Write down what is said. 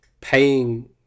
paying